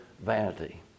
vanity